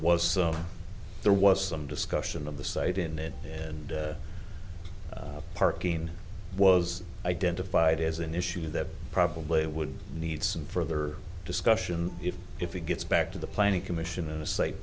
was some there was some discussion of the site in it and parking was identified as an issue that probably would need some further discussion if if it gets back to the planning commission and